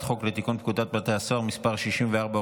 חוק לתיקון פקודת בתי הסוהר (מס' 64,